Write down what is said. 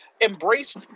embraced